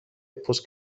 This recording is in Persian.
پوست